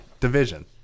Division